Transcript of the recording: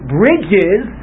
bridges